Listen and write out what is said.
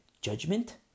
judgment